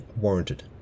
warranted